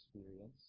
experience